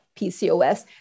PCOS